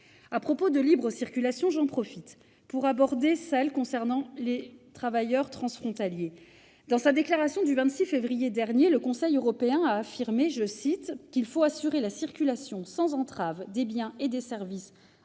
de libre circulation, j'en profite pour aborder celle des travailleurs transfrontaliers. Dans sa déclaration du 26 février dernier, le Conseil européen a affirmé :« Il faut assurer la circulation sans entrave des biens et des services au sein